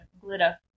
glitter